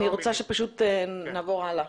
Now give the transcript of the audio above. אני רוצה שפשוט נעבור הלאה.